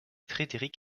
frédéric